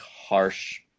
harsh